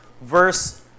verse